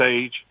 age